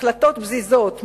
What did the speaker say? החלטות פזיזות,